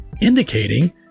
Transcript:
indicating